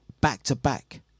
back-to-back